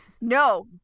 no